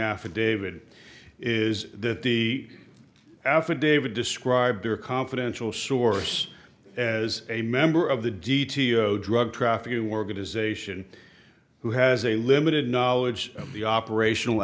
affidavit is that the affidavit described their confidential source as a member of the d t o drug trafficking organization who has a limited knowledge of the operational